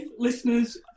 listeners